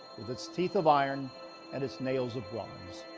with its teeth of iron and its nails of bronze,